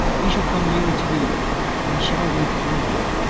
we shall come nearer to you we shall withdraw?